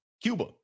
Cuba